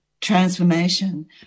transformation